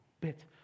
bit